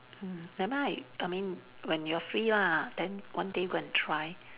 mm never mind I mean when you are free lah then one day go and try